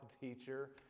teacher